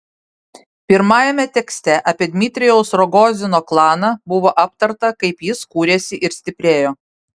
pirmajame tekste apie dmitrijaus rogozino klaną buvo aptarta kaip jis kūrėsi ir stiprėjo